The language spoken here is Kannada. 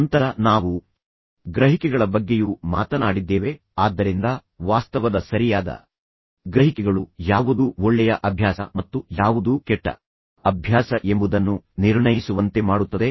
ನಂತರ ನಾವು ಗ್ರಹಿಕೆಗಳ ಬಗ್ಗೆಯೂ ಮಾತನಾಡಿದ್ದೇವೆ ಆದ್ದರಿಂದ ವಾಸ್ತವದ ಸರಿಯಾದ ಗ್ರಹಿಕೆಗಳು ಯಾವುದು ಒಳ್ಳೆಯ ಅಭ್ಯಾಸ ಮತ್ತು ಯಾವುದು ಕೆಟ್ಟ ಅಭ್ಯಾಸ ಎಂಬುದನ್ನು ನಿರ್ಣಯಿಸುವಂತೆ ಮಾಡುತ್ತದೆ